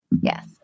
Yes